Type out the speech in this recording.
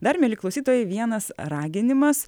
dar mieli klausytojai vienas raginimas